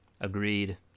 Agreed